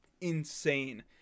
Insane